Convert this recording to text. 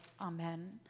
Amen